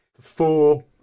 four